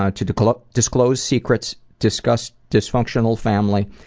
ah to disclose disclose secrets, discuss dysfunctional family,